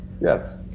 Yes